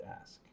ask